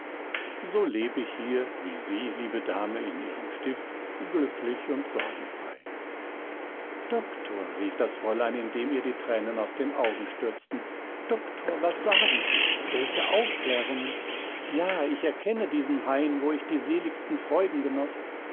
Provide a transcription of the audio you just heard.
so leb ich hier wie sie liebe dame in ihrem stift glücklich und sorgenfrei doktor rief das fräulein indem ihr die tränen aus den augen stürzten doktor was sagen sie welche aufklärungen ja ich erkenne diesen hain wo ich die seligsten freuden genoß